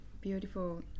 beautiful